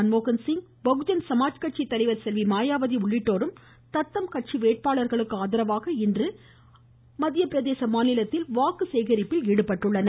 மன்மோகன்சிங் பகுஜன் சமாஜ் கட்சி தலைவர் செல்வி மாயாவதி உள்ளிட்டோரும் தத்தம் கட்சி வேட்பாளர்களுக்கு ஆதரவாக இன்று வாக்கு சேகரிப்பில் ஈடுபட்டுள்ளனர்